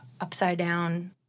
upside-down